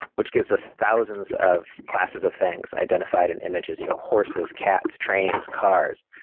which gives us thousands of classes of things identified in images you know horses, cats, trains, cars.